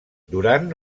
durant